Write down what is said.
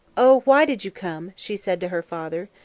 oh, why did you come? she said to her father.